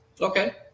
Okay